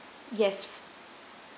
yes